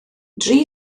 dri